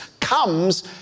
comes